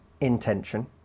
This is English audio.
intention